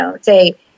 Say